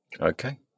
Okay